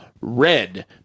Red